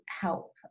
help